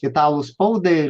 italų spaudai